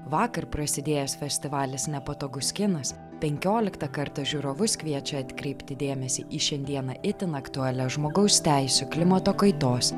vakar prasidėjęs festivalis nepatogus kinas penkioliktą kartą žiūrovus kviečia atkreipti dėmesį į šiandieną itin aktualias žmogaus teisių klimato kaitos